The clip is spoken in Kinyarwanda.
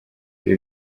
ibi